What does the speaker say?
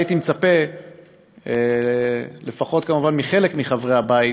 והייתי מצפה מחלק מחברי הבית,